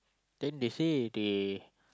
then they say they